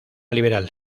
liberal